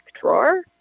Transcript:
drawer